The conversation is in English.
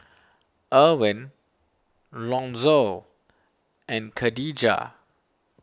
Erwin Lonzo and Kadijah